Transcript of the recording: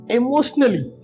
emotionally